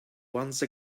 once